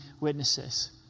witnesses